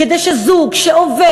כדי שזוג שעובד,